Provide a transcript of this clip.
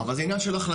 אבל זה עניין של החלטה.